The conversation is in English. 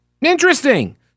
Interesting